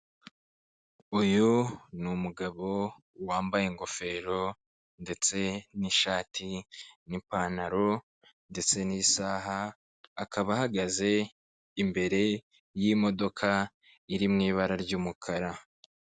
Uyu ni umugabo wambaye ingofero ndetse n'ishati n'ipantaro ndetse n'isaha akaba ahagaze imbere y'imodoka irimo ibara ry'umukara.